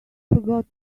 forgot